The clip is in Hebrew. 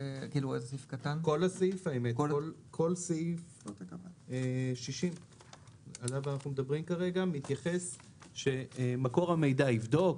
כל סעיף 60. הסעיף מתייחס לכך שמקור המידע יבדוק